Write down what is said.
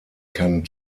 kann